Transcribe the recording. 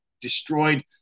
destroyed